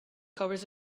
covers